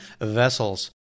Vessels